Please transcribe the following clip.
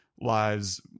lives